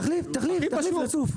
תחליף לצוף.